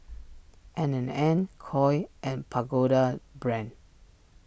N and N Koi and Pagoda Brand